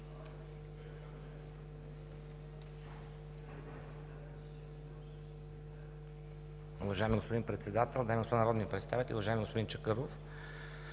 Уважаеми господин Председател, дами и господа народни представители, уважаеми господин Чакъров!